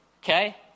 Okay